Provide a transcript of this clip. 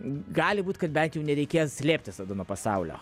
gali būt kad bent jau nereikės slėptis tada nuo pasaulio